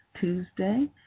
Tuesday